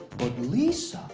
but lisa,